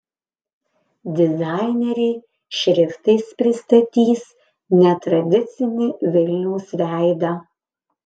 dizaineriai šriftais pristatys netradicinį vilniaus veidą